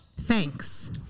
Thanks